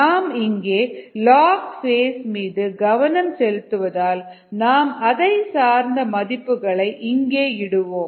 நாம் இங்கே log phase மீது கவனம் செலுத்துவதால் நாம் அதை சார்ந்த மதிப்புகளை இங்கே இடுவோம்